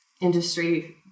industry